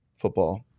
football